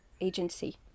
agency